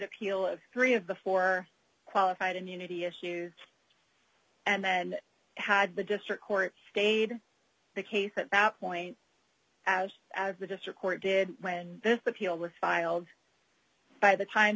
appeal of three of the four qualified immunity issues and then had the district court stayed the case at that point as out of the district court did when this appeal were filed by the time